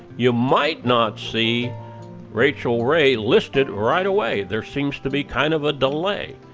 you might not see rachel ray, listed right. away there seems to be kind of a delay.